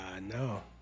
no